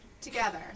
together